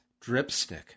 dripstick